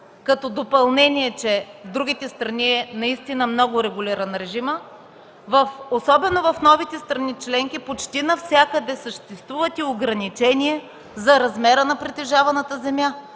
като допълнение, че в другите страни наистина режимът е много регулиран. Особено в новите страни членки почти навсякъде съществуват и ограничения за размера на притежаваната земя